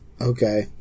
Okay